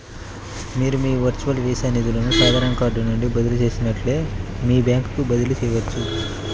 మీరు మీ virtual Visa నిధులను సాధారణ కార్డ్ నుండి బదిలీ చేసినట్లే మీ బ్యాంకుకు బదిలీ చేయవచ్చు